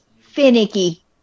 finicky